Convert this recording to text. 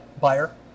buyer